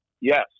yes